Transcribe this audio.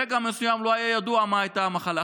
ברגע מסוים לא היה ידוע מה הייתה המחלה,